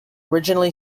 originally